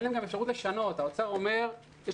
אין להם גם אפשרות לשנות.